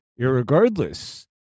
irregardless